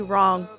Wrong